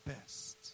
best